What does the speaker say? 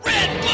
Red